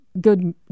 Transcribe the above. Good